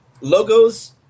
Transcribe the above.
Logos